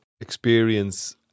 experience